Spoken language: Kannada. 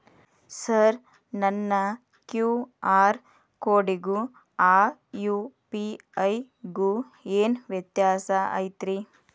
ಸರ್ ನನ್ನ ಕ್ಯೂ.ಆರ್ ಕೊಡಿಗೂ ಆ ಯು.ಪಿ.ಐ ಗೂ ಏನ್ ವ್ಯತ್ಯಾಸ ಐತ್ರಿ?